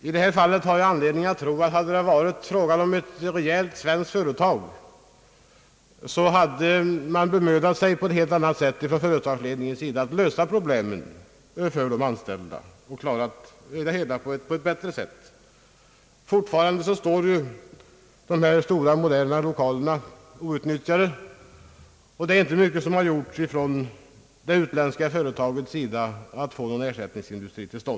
I detta fall har man anledning att tro att om det varit ett rejält svenskt företag så hade företagsledningen gjort allvarliga försök att lösa problemen på ett för de anställda bättre sätt. Fortfarande står de i stort sett moderna lokalerna outnyttjade, och inga allvarligare försök synes ha gjorts från det utländska företagets sida att få i gång någon ny verksamhet i lokalerna.